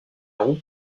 roue